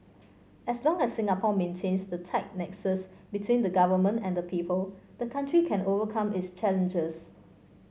as long as Singapore maintains the tight nexus between the Government and people the country can overcome its challenges